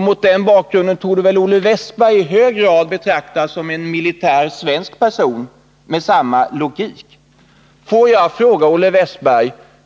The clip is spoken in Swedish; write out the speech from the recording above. Mot den bakgrunden torde Olle Wästberg i hög grad kunna betraktas som svensk militär — med samma logik som han här tillämpat.